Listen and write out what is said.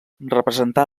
representà